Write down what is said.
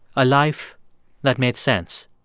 a life that made sense.